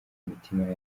imitima